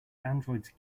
androids